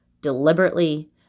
deliberately